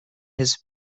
his